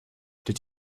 did